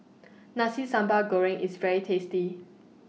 Nasi Sambal Goreng IS very tasty